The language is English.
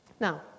Now